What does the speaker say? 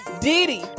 diddy